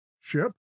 ship